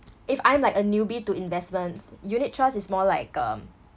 if I'm like a newbie to investments unit trust is more like um